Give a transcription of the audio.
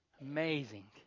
Amazing